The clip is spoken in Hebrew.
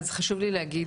אז חשוב לי להגיד.